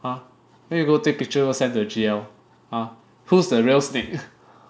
!huh! then go take picture go send to the G_L !huh! who's the real snake